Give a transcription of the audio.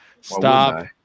Stop